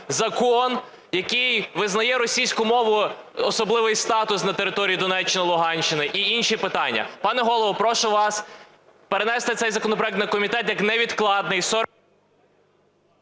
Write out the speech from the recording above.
закон, який визнає російську мову, особливий статус на території Донеччини, Луганщини і інші питання. Пане Голово, прошу вас перенести цей законопроект на комітет як невідкладний...